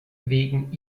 wegen